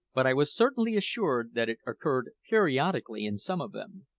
but i was certainly assured that it occurred periodically in some of them.